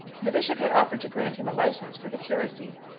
the bishop had offered to grant him a licence for the curacy.